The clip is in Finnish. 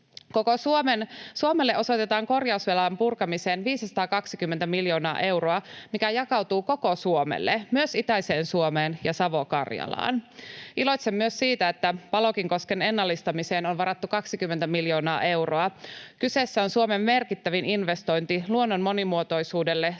Suomelle osoitetaan korjausvelan purkamiseen 520 miljoonaa euroa, mikä jakautuu koko Suomelle, myös itäiseen Suomeen ja Savo-Karjalaan. Iloitsen myös siitä, että Palokin koskien ennallistamiseen on varattu 20 miljoonaa euroa. Kyseessä on Suomen merkittävin investointi luonnon monimuotoisuudelle